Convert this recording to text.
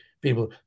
people